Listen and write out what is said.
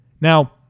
Now